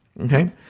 Okay